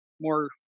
more